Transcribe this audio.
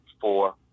four